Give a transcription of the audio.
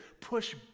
push